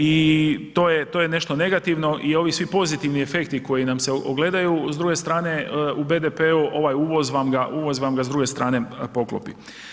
I to je nešto negativno i ovi svi pozitivni efekti koji nam se ogledaju s druge strane u BDP-u ovaj uvoz vam ga, uvoz vam ga s druge strane poklopi.